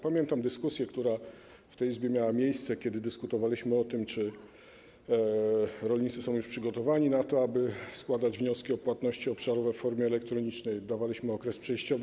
Pamiętam dyskusję, która w tej Izbie miała miejsce, kiedy dyskutowaliśmy o tym, czy rolnicy są już przygotowani na to, aby składać wnioski o płatności obszarowe w formie elektronicznej, dawaliśmy okres przejściowy.